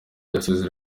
yasezeye